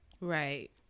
right